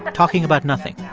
but talking about nothing.